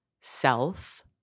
self